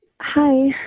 Hi